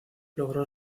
logró